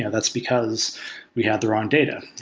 yeah that's because we have the wrong data.